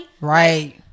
Right